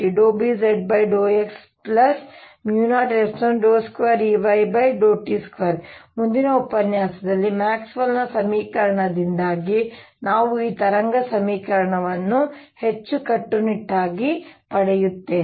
2Eyx2 ∂tBz∂x002Eyt2 ಮುಂದಿನ ಉಪನ್ಯಾಸದಲ್ಲಿ Maxwell ನ ಸಮೀಕರಣಗಳಿಂದ ನಾವು ಈ ತರಂಗ ಸಮೀಕರಣವನ್ನು ಹೆಚ್ಚು ಕಟ್ಟುನಿಟ್ಟಾಗಿ ಪಡೆಯುತ್ತೇವೆ